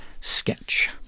Sketch